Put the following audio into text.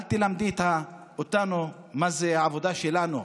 אל תלמדי אותנו מה העבודה שלנו.